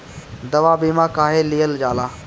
दवा बीमा काहे लियल जाला?